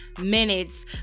minutes